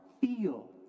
feel